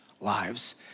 lives